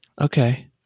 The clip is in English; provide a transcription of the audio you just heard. okay